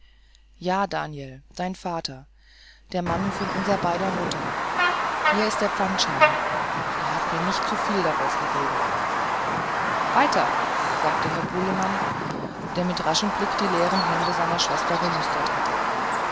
ja daniel dein vater der mann von unser beiden mutter hier ist der pfandschein er hat mir nicht zu viel darauf gegeben weiter sagte herr bulemann der mit raschem blick die leeren hände seiner schwester gemustert hatte